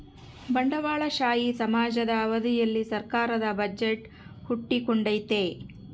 ಬಂಡವಾಳಶಾಹಿ ಸಮಾಜದ ಅವಧಿಯಲ್ಲಿ ಸರ್ಕಾರದ ಬಜೆಟ್ ಹುಟ್ಟಿಕೊಂಡೈತೆ